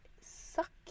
suck